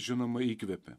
žinoma įkvėpė